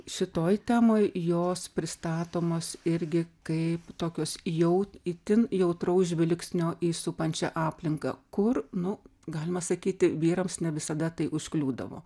šitoj temoj jos pristatomos irgi kaip tokios jau itin jautraus žvilgsnio į supančią aplinką kur nu galima sakyti vyrams ne visada tai užkliūdavo